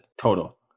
total